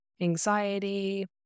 anxiety